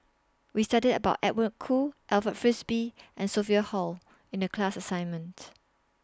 We studied about Edwin Koo Alfred Frisby and Sophia Hull in The class assignment